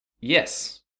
Yes